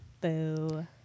Boo